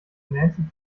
nancy